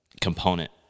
component